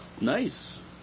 nice